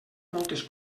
moltes